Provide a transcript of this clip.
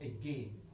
again